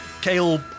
kale